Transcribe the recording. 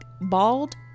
bald